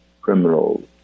criminals